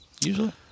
usually